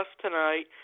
tonight